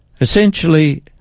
Essentially